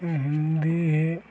ई Hindi ही